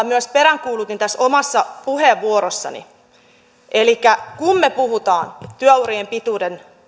myös peräänkuulutin tässä omassa puheenvuorossani kun me puhumme työurien pituuden